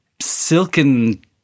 silken